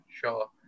sure